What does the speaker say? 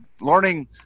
learning